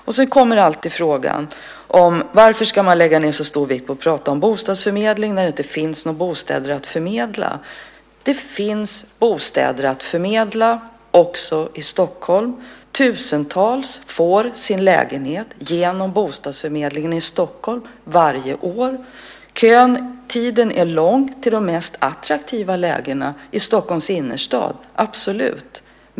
Sedan kommer alltid frågan varför man ska lägga så stor vikt vid att prata om bostadsförmedling när det inte finns några bostäder att förmedla. Det finns bostäder att förmedla också i Stockholm. Tusentals får sin lägenhet genom bostadsförmedlingen i Stockholm varje år. Kötiden är lång till de mest attraktiva lägena i Stockholms innerstad, absolut.